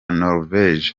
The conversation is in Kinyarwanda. norvège